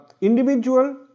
individual